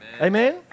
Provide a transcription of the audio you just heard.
Amen